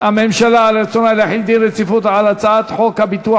הממשלה על רצונה להחיל דין רציפות על הצעת חוק הביטוח